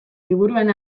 liburuen